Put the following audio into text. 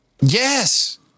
Yes